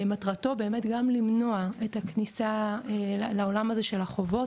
מטרתו באמת גם למנוע את הכניסה לעולם הזה של החובות,